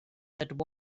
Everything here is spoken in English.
that